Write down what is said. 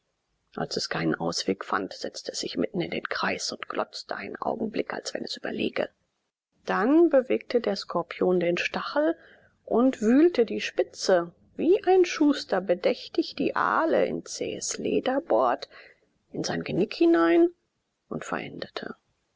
als es keinen ausweg fand setzte es sich mitten in den kreis und glotzte einen augenblick als wenn es überlege dann bewegte der skorpion den stachel und wühlte die spitze wie ein schuster bedächtig die ahle in zähes leder bohrt in sein genick hinein und verendete